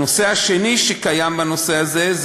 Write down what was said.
הנושא השני שקיים בנושא הזה הוא